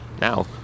now